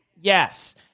Yes